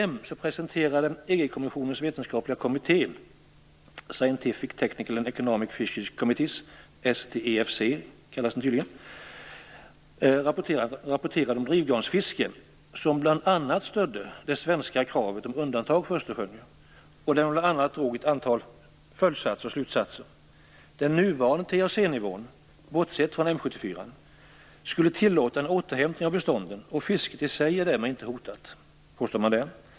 Man stödde bl.a. det svenska kravet på undantag för Östersjön. Man drog också ett antal slutsatser. Den nuvarande TAC-nivån, bortsett från M74, tillåter en återhämtning av bestånden, och fisket i sig är därmed inte hotat, påstår man.